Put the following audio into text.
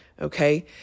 Okay